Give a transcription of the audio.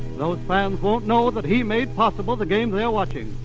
those fans won't know that he made possible the game they are watching,